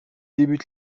débute